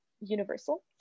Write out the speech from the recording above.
universal